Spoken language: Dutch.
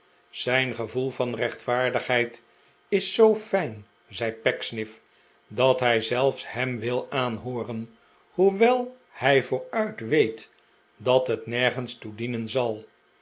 zijn gevoel van rechtvaardigheid is zoo fijn zei pecksniff dat hij zelfs hem wil aanhooren hoewel hij vooruit weet dat het nergens toe dienen zal